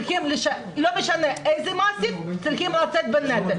לא משנה איזה מעסיק, צריכים לשאת בנטל?